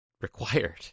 required